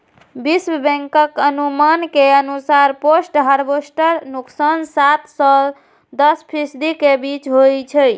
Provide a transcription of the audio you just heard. विश्व बैंकक अनुमान के अनुसार पोस्ट हार्वेस्ट नुकसान सात सं दस फीसदी के बीच होइ छै